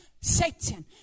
Satan